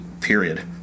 period